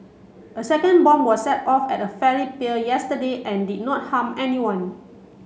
a second bomb was set off at a ferry pier yesterday and did not harm anyone